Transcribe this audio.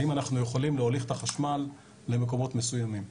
האם אנחנו יכולים להוליך את החשמל למקומות מסוימים.